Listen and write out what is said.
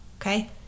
okay